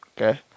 Okay